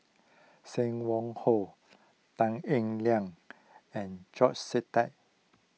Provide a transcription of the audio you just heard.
Sim Wong Hoo Tan Eng Liang and George Sita